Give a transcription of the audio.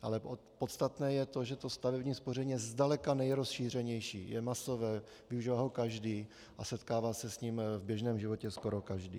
Ale podstatné je to, že stavební spoření je zdaleka nejrozšířenější, je masové, používá ho každý a setkává se s ním v běžném životě skoro každý.